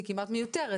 היא כמעט מיותרת,